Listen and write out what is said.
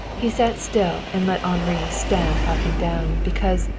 he sat still and let henri stamp up and down, because,